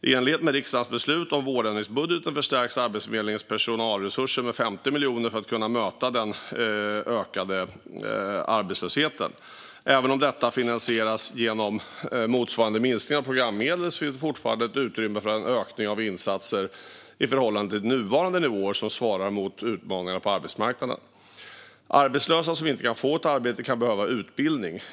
I enlighet med riksdagens beslut om vårändringsbudgeten förstärks Arbetsförmedlingens personalresurser med 50 miljoner kronor för att kunna möta den ökade arbetslösheten. Även om detta finansieras genom motsvarande minskning av programmedel finns det fortfarande ett utrymme för en ökning av insatser i förhållande till nuvarande nivåer som svarar mot utmaningarna på arbetsmarknaden. Arbetslösa som inte kan få ett arbete kan behöva utbildning.